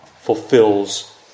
fulfills